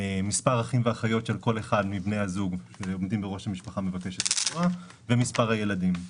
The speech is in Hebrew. מספר אחים ואחיות של כל אחד מבני הזוג ומספר הילדים.